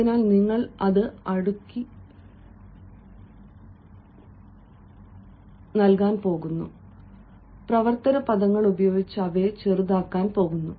അതിനാൽ നിങ്ങൾ അടുക്കാൻ പോകുന്നു പ്രവർത്തന പദങ്ങൾ ഉപയോഗിച്ച് അവയെ ചെറുതാക്കാൻ പോകുന്നു